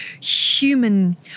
human